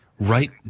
right